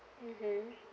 mmhmm